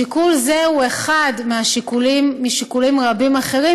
שיקול זה הוא אחד משיקולים רבים אחרים